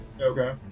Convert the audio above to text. Okay